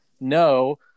no